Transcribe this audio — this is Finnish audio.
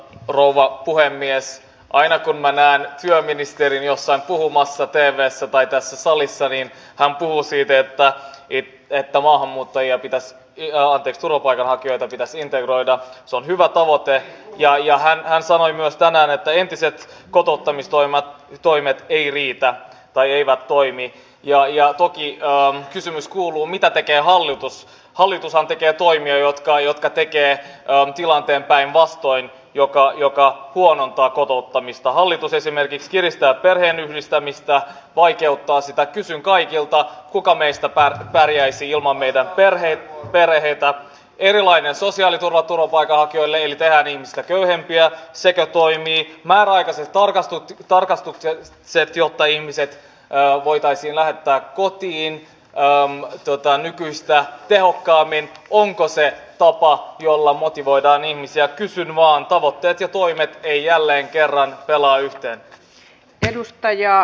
rouva puhemies paina kun mennään työministerin jossain puhumassa teeveessä paidassa saalistaviin uusiin verta vit ta maahanmuuttajia pitää yllä altistulupa ja hakijoita pitäisi valitettava tosiasia on hyvä tavoite ja jäähän hän sanoi myös se että ihmiset eivät toimi jo ja nokialla on kysymys kuuluu mitä tekee hallitus hallitushan tekee voimia jotka joka tekee tilanteen päinvastoin joka joka huonontaa kotouttamista hallitus esimerkiksi kiristää perheenyhdistämistä vaikeuttaa sitä kysyn kaikilta kuka meistä vaan pärjäisi ilman meidän perhe vei vaiheita erilainen sosiaaliturva turvapaikanhakijoille eli terävin kärki vanhempia selviä enää näistä elämän perusmenoista minkä takia ihmiset voitaisiin lähettää kotiin pääoma tuottaa nykyistä tehokkaammin onko se vapaus jolla motivoidaan ihmisiä kysyn vaan tavoitteet ja ovat joutuneet turvautumaan sitten myös toimeentulotukeen